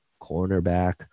cornerback